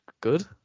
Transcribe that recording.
good